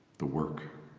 the work,